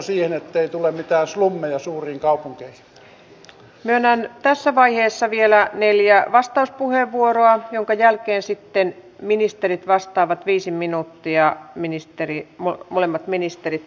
varmasti monet meistä voivat yhtyä niihin lisäyksiin joita täällä jaoston puheenjohtaja esitteli valtiovarainvaliokunnan tehneen tähän pääluokkaan veteraanien osalta matalan kynnyksen palveluiden osalta perheiden osalta